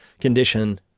condition